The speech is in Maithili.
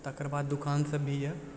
तकरबाद दूकान सब भी यऽ